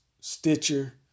Stitcher